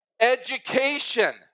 education